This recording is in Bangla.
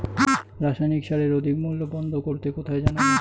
রাসায়নিক সারের অধিক মূল্য বন্ধ করতে কোথায় জানাবো?